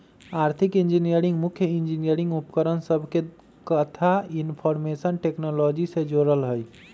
आर्थिक इंजीनियरिंग मुख्य इंजीनियरिंग उपकरण सभके कथा इनफार्मेशन टेक्नोलॉजी से जोड़ल हइ